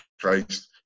Christ